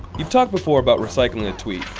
you've talked before about recycling a tweet.